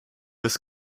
das